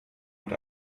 und